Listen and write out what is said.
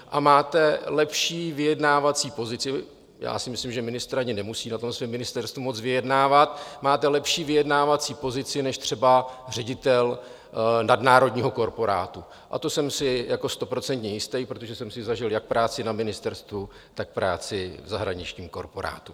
A máte lepší vyjednávací pozici já si myslím, že ministr ani nemusí na svém ministerstvu moc vyjednávat máte lepší vyjednávací pozici než třeba ředitel nadnárodního korporátu, a to jsem si jako stoprocentně jistý, protože jsem si zažil jak práci na ministerstvu, tak práci v zahraničním korporátu.